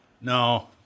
No